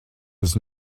was